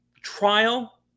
trial